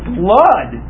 blood